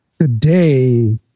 today